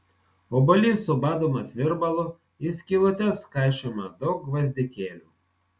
obuolys subadomas virbalu į skylutes kaišiojama daug gvazdikėlių